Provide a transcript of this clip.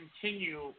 continue